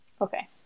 Okay